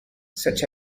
such